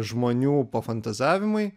žmonių pafantazavimai